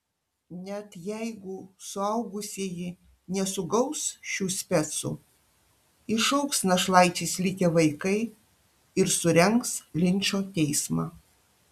net jeigu suaugusieji nesugaus šių specų išaugs našlaičiais likę vaikai ir surengs linčo teismą